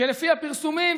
לפי הפרסומים,